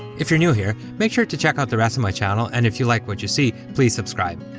if you're new here, make sure to check out the rest of my channel, and if you like what you see, please subscribe.